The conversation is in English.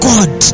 God